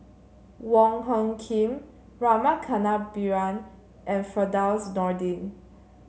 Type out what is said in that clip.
Wong Hung Khim Rama Kannabiran and Firdaus Nordin